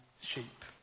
sheep